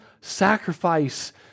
sacrifice